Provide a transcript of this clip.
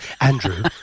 Andrew